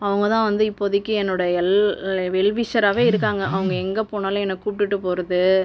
அவங்க தான் வந்து இப்போதைக்கி என்னோட எல் வெல்விஷராகவே இருக்காங்க அவங்க எங்கேப் போனாலும் என்னை கூட்டிட்டுப் போவது